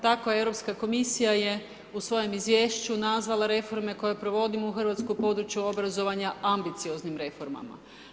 Tako je Europska komisija je u svojem izvješću nazvala reforme koje provodim u hrvatskom području obrazovanja ambicioznim reformama.